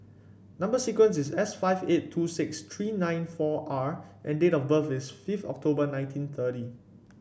number sequence is S five eight two six three nine four R and date of birth is fifith October nineteen thirty